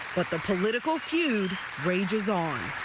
but the political feud rages on.